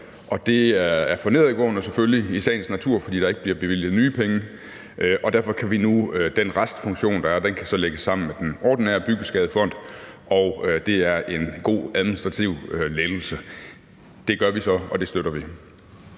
og det er for nedadgående selvfølgelig i sagens natur, fordi der ikke bliver bevilget nye penge, og derfor kan den restfunktion, der er, nu lægges sammen med den ordinære byggeskadefond, og det er en god administrativ lettelse. Det gør man så, og det støtter vi.